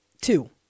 two